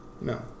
No